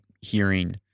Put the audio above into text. hearing